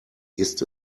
ist